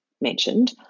mentioned